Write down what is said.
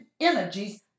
energies